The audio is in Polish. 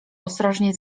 ostrożnie